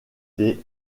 des